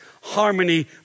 harmony